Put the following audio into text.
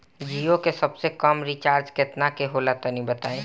जीओ के सबसे कम रिचार्ज केतना के होला तनि बताई?